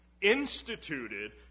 instituted